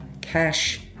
Cash